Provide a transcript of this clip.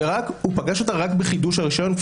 והוא פגש אותה רק בחידוש הרישיון.